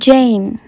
Jane